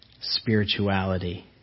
spirituality